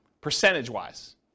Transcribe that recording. percentage-wise